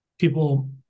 people